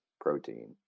protein